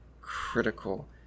critical